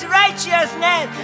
righteousness